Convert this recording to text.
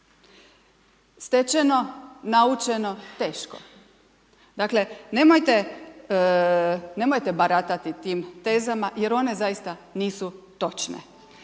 Stečeno, naučeno, teško. Dakle, nemojte, nemojte baratati tim tezama jer one zaista nisu točne